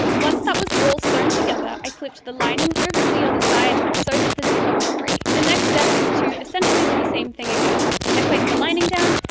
once that was all sewn together i flipped the lining over to the other side, so that the zipper was free. the next step is to essentially do the same thing again i placed the lining down,